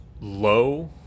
low